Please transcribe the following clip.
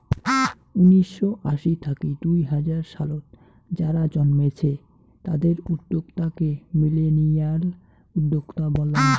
উনিসশো আশি থাকি দুই হাজার সালত যারা জন্মেছে তাদের উদ্যোক্তা কে মিলেনিয়াল উদ্যোক্তা বলাঙ্গ